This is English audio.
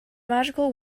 magical